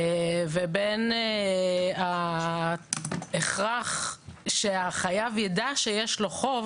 ובין ההכרח שהחייב ידע שיש לו חוב,